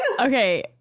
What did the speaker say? Okay